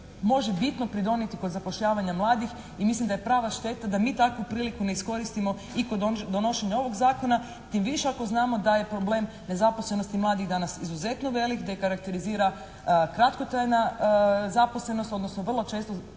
može bitno pridonijeti kod zapošljavanja mladih i mislim da je prava šteta da mi takvu priliku ne iskoristimo i kod donošenja ovog zakona tim više ako znamo da je problem nezaposlenosti mladih danas izuzetno velik, da ih karakterizira kratkotrajna zaposlenost odnosno vrlo često